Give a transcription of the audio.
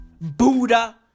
Buddha